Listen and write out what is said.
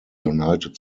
united